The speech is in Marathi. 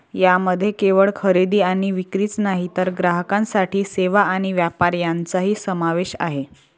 यामध्ये केवळ खरेदी आणि विक्रीच नाही तर ग्राहकांसाठी सेवा आणि व्यापार यांचाही समावेश आहे